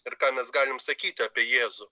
ir ką mes galim sakyti apie jėzų